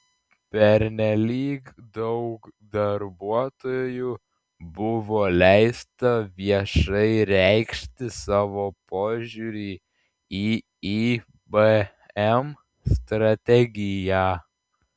pernelyg daug darbuotojų buvo leista viešai reikšti savo požiūrį į ibm strategiją